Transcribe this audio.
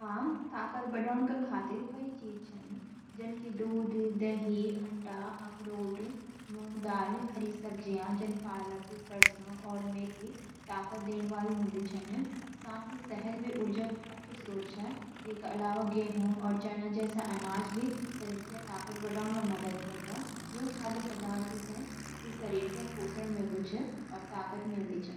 हां, ताकत बढ़ोंन का खातिर कई चीजें छ। जन की दूध, दही, अंडा, अखरोट, मूँग दाल, हरी सब्जियां जन पालक, सरसों और मेथी ताकत देणी वाली हो दी छ। साथ ही शहद भी ऊर्जा का अच्छा स्रोत छ। इसके अलावा, गेहूं और चने जैसे अनाज भी शरीर की ताकत बढ़ाने में मदद करदा छ। इन खाद्य पदार्थों से शरीर को जरूरी पोषण मिलदु छ और ताकत मालदी छ।